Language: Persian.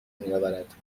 میآورد